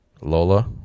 Lola